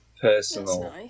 personal